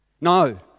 No